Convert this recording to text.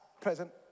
present